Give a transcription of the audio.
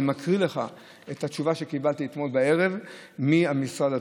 אני מקריא לך את התשובה שקיבלתי אתמול בערב מהמשרד עצמו: